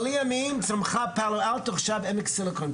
אבל לימים צמחה פאלו אלטו ועכשיו עמק הסיליקון,